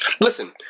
Listen